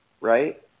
right